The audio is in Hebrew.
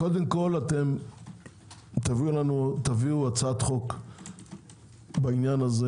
קודם כל, תביאו לנו הצעת חוק בעניין הזה,